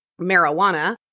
marijuana